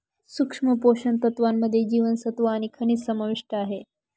सूक्ष्म पोषण तत्त्वांमध्ये जीवनसत्व आणि खनिजं समाविष्ट आहे